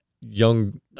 young